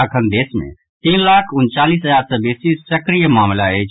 अखन देश मे तीन लाख उनचालीस हजार सँ बेसी सक्रिय मामिला अछि